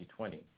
2020